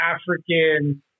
African